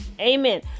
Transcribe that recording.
Amen